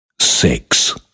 six